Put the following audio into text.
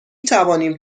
توانیم